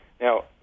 Now